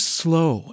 slow